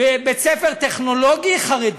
בבית-ספר טכנולוגי חרדי.